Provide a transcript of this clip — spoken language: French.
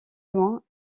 loin